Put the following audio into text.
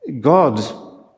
God